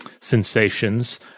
sensations—